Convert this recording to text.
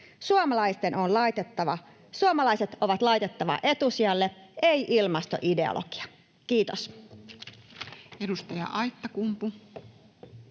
Suomalaiset on laitettava etusijalle, ei ilmastoideologia. — Kiitos.